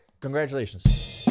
Congratulations